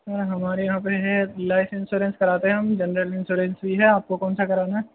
سر ہمارے یہاں پہ ہے لائف انسورنس کراتے ہیں ہم جنرل انسورنس بھی ہے آپ کو کون سا کرانا ہے